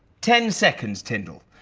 ten seconds, tindall.